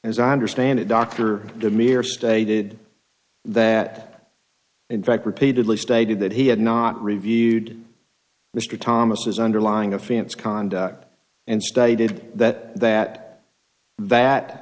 as i understand it dr the mere stated that in fact repeatedly stated that he had not reviewed mr thomas's underlying a fan's conduct and stated that that that